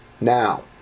Now